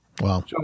Wow